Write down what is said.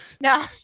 No